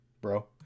bro